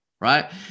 right